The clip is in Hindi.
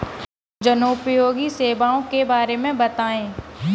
जनोपयोगी सेवाओं के बारे में बताएँ?